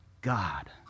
God